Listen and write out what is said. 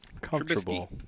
Comfortable